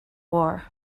war